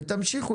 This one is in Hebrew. ותמשיכו.